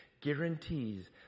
guarantees